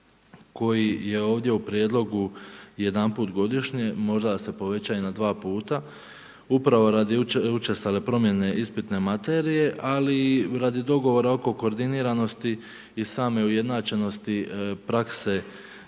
koji je ovdje u prijedlogu jedanput godišnje, možda se povećava i na 2 puta. Upravo radi učestale promjene ispitne materije, ali i radi dogovora oko koordiniranosti i same ujednačenosti prakse